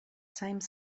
same